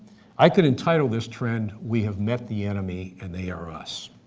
i could entitle this trend, we have met the enemy, and they are us.